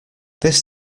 this